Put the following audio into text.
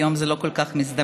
היום זה לא כל כך מזדמן.